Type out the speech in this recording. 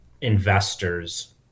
investors